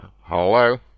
Hello